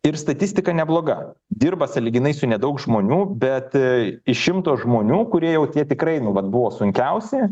ir statistika nebloga dirba sąlyginai su nedaug žmonių bet iš šimto žmonių kurie jau tie tikrai nu vat buvo sunkiausi